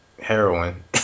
heroin